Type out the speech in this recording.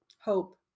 Hope